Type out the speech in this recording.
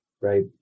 right